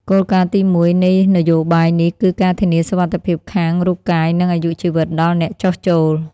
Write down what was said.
គោលការណ៍ទីមួយនៃនយោបាយនេះ គឺការធានាសុវត្ថិភាពខាងរូបកាយ និងអាយុជីវិតដល់អ្នកចុះចូល។